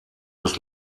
des